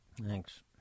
Thanks